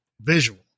visual